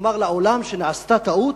לומר לעולם שנעשתה טעות?